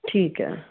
ਠੀਕ ਹੈ